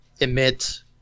emit